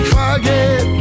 forget